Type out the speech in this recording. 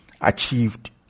achieved